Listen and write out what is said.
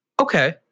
Okay